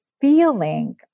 feeling